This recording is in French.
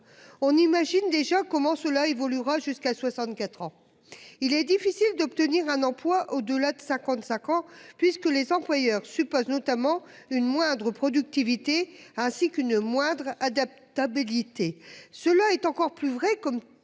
On imagine déjà comment cela évoluera jusqu'à 64 ans. Il est difficile d'obtenir un emploi au-delà de 55 ans puisque les employeurs suppose notamment une moindre productivité ainsi qu'une moindre adaptabilité. Cela est encore plus vrai comme